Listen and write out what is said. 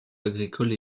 agricole